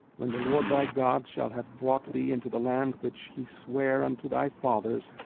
when the lord thy god shall have brought thee into the land which he sware unto thy fathers,